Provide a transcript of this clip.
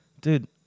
dude